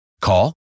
Call